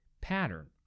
pattern